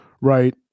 right